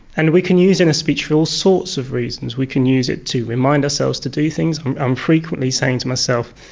and we can use inner speech for all sorts of reasons. we can use it to remind ourselves to do things. i am frequently saying to myself,